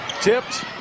Tipped